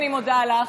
אני מודה לך,